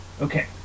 okay